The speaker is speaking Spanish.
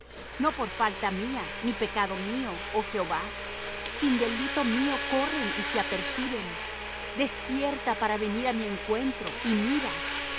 no por falta mía ni pecado mío oh jehová sin delito mío corren y se aperciben despierta para venir á mi encuentro y mira